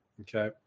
okay